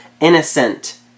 innocent